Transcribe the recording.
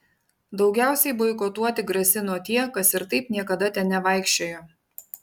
daugiausiai boikotuoti grasino tie kas ir taip niekada ten nevaikščiojo